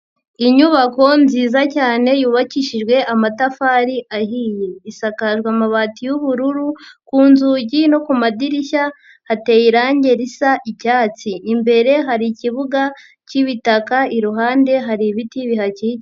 Inyubako nziza cyane yubakishijwe amatafari ahiye, isakajwe amabati y'ubururu ku nzugi no ku madirishya hateye irangi risa icyatsi, imbere hari ikibuga cy'ibitaka iruhande hari ibiti bihakikije.